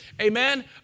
amen